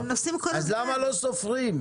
אז למה לא סופרים?